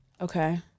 Okay